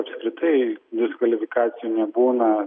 apskritai diskvalifikacijų nebūna